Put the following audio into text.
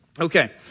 Okay